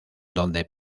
donde